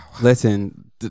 listen